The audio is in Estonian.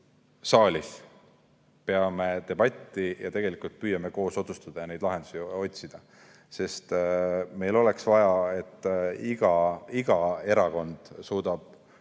saalis peame debatti ja püüame koos otsustada ja neid lahendusi otsida. Meil oleks vaja, et iga erakond suudaks